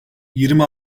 yirmi